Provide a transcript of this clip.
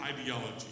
ideology